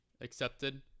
accepted